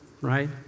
right